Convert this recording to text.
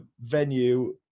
venue